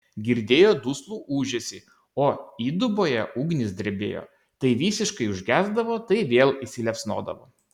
girdėjo duslų ūžesį o įduboje ugnys drebėjo tai visiškai užgesdavo tai vėl įsiliepsnodavo